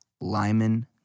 Lyman